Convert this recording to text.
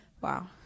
Wow